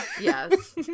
Yes